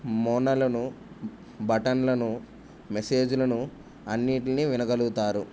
మోనలను బటన్లను మెసేజ్లను అన్నిటిని వినగలుగుతారు